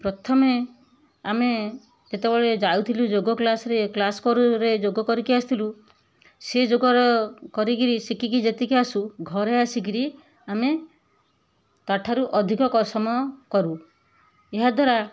ପ୍ରଥମେ ଆମେ ଯେତେବେଳେ ଯାଉଥିଲୁ ଯୋଗ କ୍ଲାସରେ କ୍ଲାସ କରୁ ରେ ଯୋଗ କରି ଆସୁଥିଲୁ ସେ ଯୋଗ ର କରିକିରି ଶିଖିକି ଯେତିକି ଆସୁ ଘରେ ଆସିକିରି ଆମେ ତାଠାରୁ ଅଧିକ ସମୟ କରୁ ଏହା ଦ୍ୱାରା